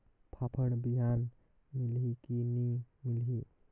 फाफण बिहान मिलही की नी मिलही?